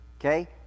Okay